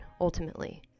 ultimately